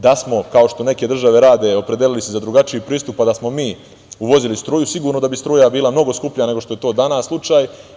Da smo, kao što neke države rade, opredelili se za drugačiji pristup, pa da smo mi uvozili struju, sigurno da bi struja bila skuplja nego što je to danas slučaj.